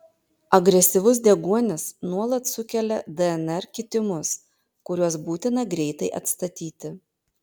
agresyvus deguonis nuolat sukelia dnr kitimus kuriuos būtina greitai atstatyti